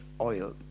oil